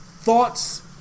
thoughts